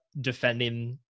defending